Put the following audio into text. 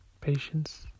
patience